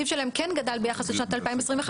אציין שהתקציב שלהם כן גדל ביחס לשנות 2021,